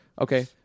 okay